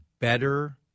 better